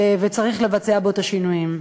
צריך לבצע בכך את השינויים,